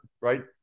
right